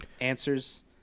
answers